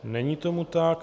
Není tomu tak.